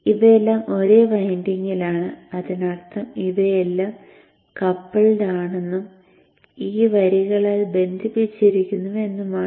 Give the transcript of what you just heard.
ഇവയെല്ലാം ഒരേ വൈൻഡിംഗിലാണ് അതിനർത്ഥം അവയെല്ലാം കപ്പിൾഡ് ആണെന്നും ഈ വരികളാൽ ബന്ധിപ്പിച്ചിരിക്കുന്നു എന്നുമാണ്